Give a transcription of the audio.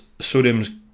sodium's